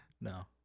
No